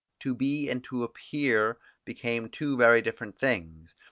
to be and to appear became two very different things,